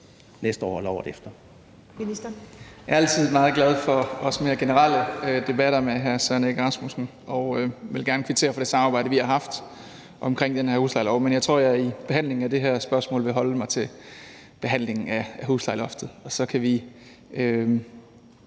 næste år eller året efter?